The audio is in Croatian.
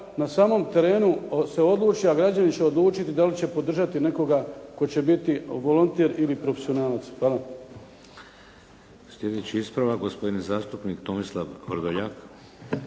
na samom terenu odluče, a građani će odlučiti da li će podržati nekoga tko će biti volonter ili profesionalac. Hvala.